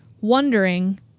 Wondering